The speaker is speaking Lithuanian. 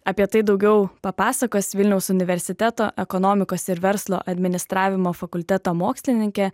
apie tai daugiau papasakos vilniaus universiteto ekonomikos ir verslo administravimo fakulteto mokslininkė